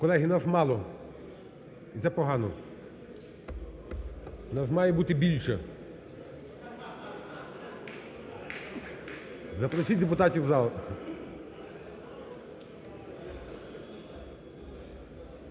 Колеги, нас мало. Це погано. Нас має бути більше. Запросіть депутатів в зал.